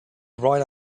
right